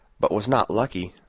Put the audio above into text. but was not lucky.